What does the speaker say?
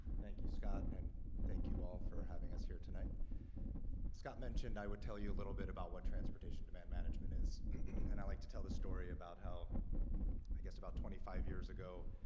thank you scott and and thank you all for having us here tonight scott mentioned i would tell you a little bit about what transportation demand management is and i like to tell the story about how i guess about twenty five years ago.